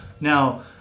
Now